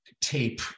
tape